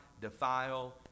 defile